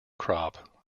crop